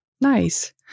Nice